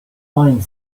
buying